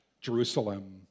Jerusalem